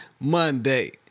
Monday